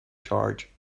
charge